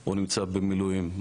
או נמצא במילואים,